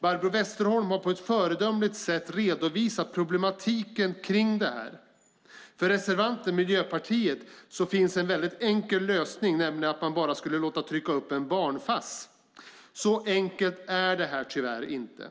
Barbro Westerholm har på ett föredömligt sätt redovisat problematiken med detta. För reservanten, Miljöpartiet, finns en enkel lösning, nämligen att man bara skulle låta trycka upp en barn-Fass. Så enkelt är det tyvärr inte.